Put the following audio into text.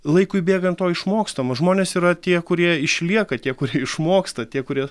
laikui bėgant to išmokstama žmonės yra tie kurie išlieka tie kurie išmoksta tie kurie